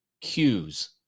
cues